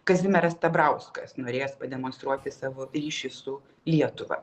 kazimieras stabrauskas norėjęs pademonstruoti savo ryšį su lietuva